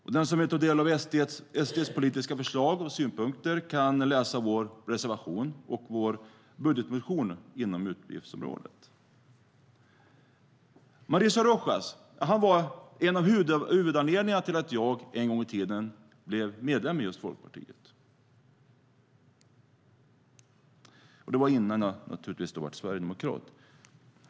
Mauricio Rojas var en av huvudanledningarna till att jag en gång i tiden blev medlem i just Folkpartiet. Det var naturligtvis innan jag blev sverigedemokrat.